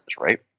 right